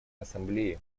ассамблеи